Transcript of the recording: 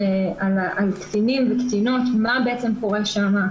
על קטינים וקטינות מה בעצם קורה שם,